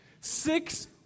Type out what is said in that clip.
Six